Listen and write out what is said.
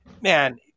Man